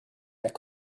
their